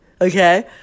okay